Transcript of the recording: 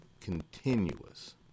continuous